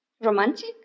romantic